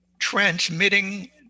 transmitting